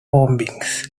bombings